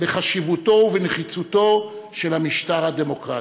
בחשיבותו ובנחיצותו של המשטר הדמוקרטי.